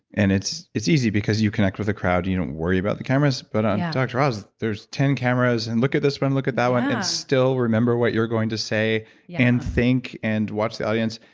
and it's it's easy because you connect with the crowd. you don't worry about the cameras, but on dr. oz, there's ten cameras and, look at this one. look at that one, and still remember what you're going to say yeah and think and watch the audience.